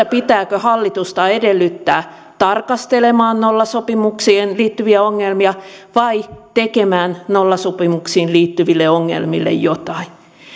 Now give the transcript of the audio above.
pitääkö hallitusta edellyttää tarkastelemaan nollasopimuksiin liittyviä ongelmia vai tekemään nollasopimuksiin liittyville ongelmille jotain